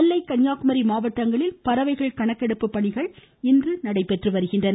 நெல்லை கன்னியாகுமரி மாவட்டங்களில் பறவைகள் கணக்கெடுப்பு பணிகள் இன்று நடைபெற்று வருகின்றன